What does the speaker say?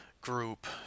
group